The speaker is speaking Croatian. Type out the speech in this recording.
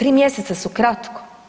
3 mjeseca su kratko.